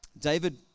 David